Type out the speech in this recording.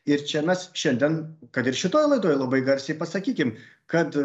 ir čia mes šiandien kad ir šitoj laidoj labai garsiai pasakykim kad